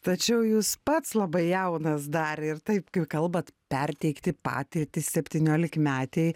tačiau jūs pats labai jaunas dar ir taip kaip kalbat perteikti patirtį septyniolikmetei